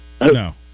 No